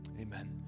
Amen